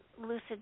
lucid